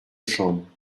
chambre